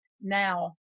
now